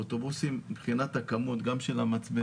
באוטובוסים מבחינת הכמות גם מבחינת המצברים,